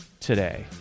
today